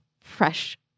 fresh